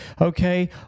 Okay